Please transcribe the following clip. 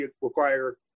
require